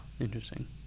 Interesting